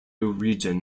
region